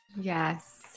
Yes